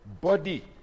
body